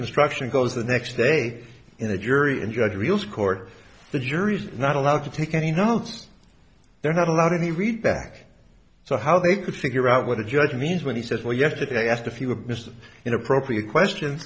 instruction goes the next day in the jury and judge real scored the juries are not allowed to take any notes they're not allowed any read back so how they could figure out what the judge means when he says well yesterday i asked a few of mr inappropriate questions